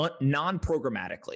non-programmatically